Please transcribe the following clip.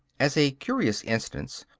as a curious instance,